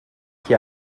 qui